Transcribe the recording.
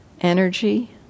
energy